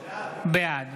בעד